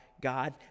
God